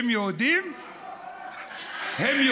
הם יהודים, ה-300,000?